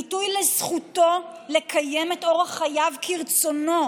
ביטוי לזכותו לקיים את אורח חייו כרצונו,